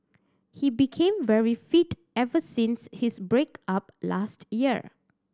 he became very fit ever since his break up last year